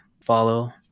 follow